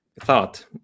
Thought